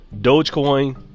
Dogecoin